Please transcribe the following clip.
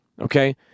Okay